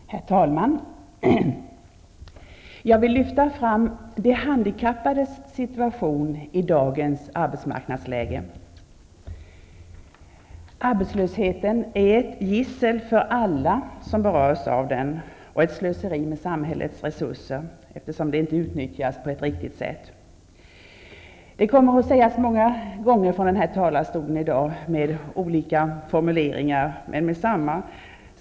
Herr talman! Jag vill lyfta fram frågan om de handikappades situation i dagens arbetsmarknadsläge. Arbetslösheten är ett gissel för alla som berörs av den och ett slöseri med samhällets resurser, som alltså inte utnyttjas på ett riktigt sätt. Det kommer att upprepas många gånger i dag och med olika formuleringar här i talarstolen.